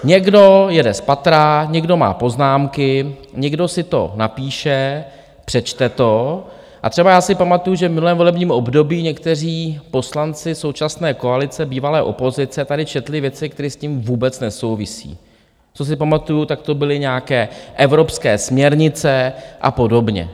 Někdo jede spatra, někdo má poznámky, někdo si to napíše, přečte to, a třeba já si pamatuju, že v minulém volebním období někteří poslanci současné koalice, bývalé opozice, tady četli věci, které s tím vůbec nesouvisí, co si pamatuju, tak to byly nějaké evropské směrnice a podobně.